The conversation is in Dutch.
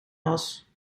was